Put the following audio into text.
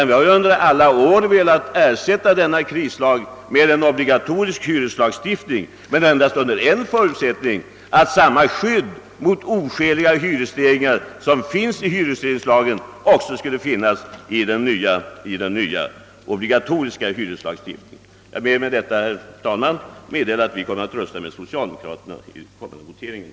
Vi har under alla år velat ersätta denna krislag med en obligatorisk hyreslagstiftning, men endast under förutsättning att samma skydd mot oskäliga hyresstegringar som finns i hyresregleringslagen också skulle finnas i den nya obligatoriska hyreslagstiftningen. Jag ber, herr talman, att få meddela att vi kommer att rösta med socialdemokraterna vid den kommande voteringen.